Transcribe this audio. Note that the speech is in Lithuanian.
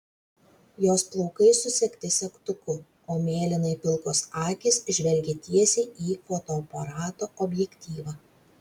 jos plaukai susegti segtuku o mėlynai pilkos akys žvelgia tiesiai į fotoaparato objektyvą